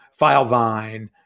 Filevine